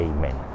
Amen